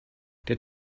der